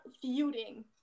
feuding